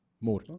more